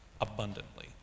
abundantly